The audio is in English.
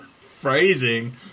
phrasing